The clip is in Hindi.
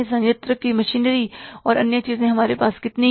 संयत्र की मशीनरी और अन्य चीजें हमारे पास कितनी हैं